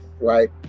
Right